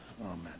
amen